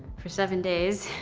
for seven days.